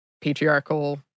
patriarchal